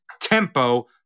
tempo